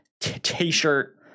t-shirt